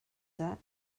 said